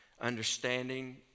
understanding